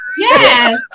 yes